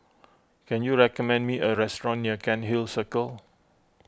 can you recommend me a restaurant near Cairnhill Circle